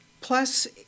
Plus